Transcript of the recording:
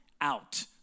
out